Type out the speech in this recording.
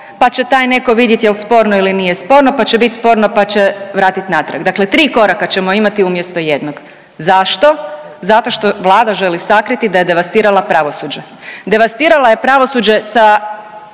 pa će taj netko vidit jel sporno ili nije sporno pa će bit sporno pa će vratit natrag. Dakle 3 koraka ćemo imati umjesto jednog. Zašto? Zato što Vlada želi sakriti da je devastirala pravosuđe. Devastirala je pravosuđe sa